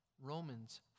Romans